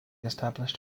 established